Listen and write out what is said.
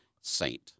saint